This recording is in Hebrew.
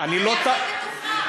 היא הכי בטוחה.